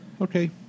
Okay